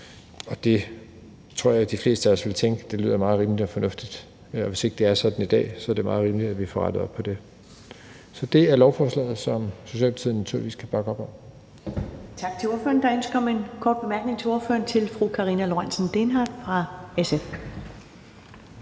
Jeg tror, de fleste af os vil tænke, at det lyder meget rimeligt og fornuftigt. Og hvis ikke det er sådan i dag, er det meget rimeligt, at vi får rettet op på det. Så det er lovforslaget, som Socialdemokratiet naturligvis kan bakke op om. Kl. 11:51 Første næstformand (Karen Ellemann): Tak til ordføreren. Der er ønske om en kort bemærkning til ordføreren fra Karina Lorentzen Dehnhardt. Kl.